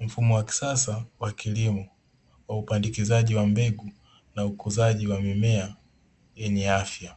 Mfumo wa kisasa wa kilimo wa upandikizaji wa mbegu na ukuzaji wa mimea yenye afya,